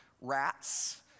Rats